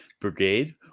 Brigade